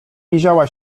miziała